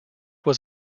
was